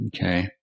Okay